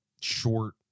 short